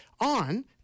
on